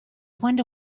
wonder